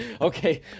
Okay